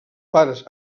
pares